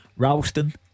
Ralston